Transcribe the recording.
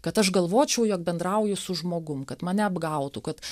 kad aš galvočiau jog bendrauju su žmogum kad mane apgautų kad